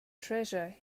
treasure